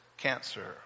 Cancer